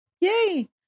Yay